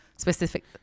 Specific